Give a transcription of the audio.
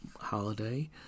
holiday